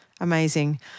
Amazing